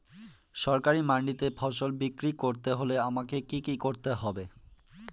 সরকারি মান্ডিতে ফসল বিক্রি করতে হলে আমাকে কি কি করতে হবে?